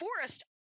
Forest